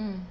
um